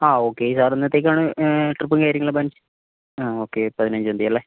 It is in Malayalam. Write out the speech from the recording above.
ആ ഓക്കേ സാർ എന്നത്തേക്കാണ് ട്രിപ്പും കാര്യങ്ങളും ആ ഓക്കേ പതിനഞ്ചാം തിയതിയല്ലേ